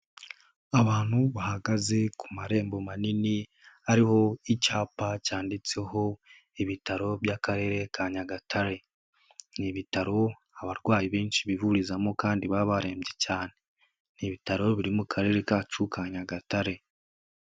Abantu bahagaze ku marembo manini, ariho icyapa cyanditseho ibitaro by'Akarere ka Nyagatare. Ni ibitaro abarwayi benshi bivurizamo kandi baba barembye cyane. Ni ibitaro biri mu karere kacu ka Nyagatare.